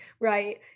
Right